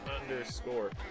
underscore